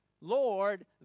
Lord